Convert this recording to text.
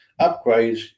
upgrades